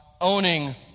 owning